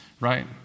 right